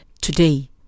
today